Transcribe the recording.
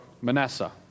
Manasseh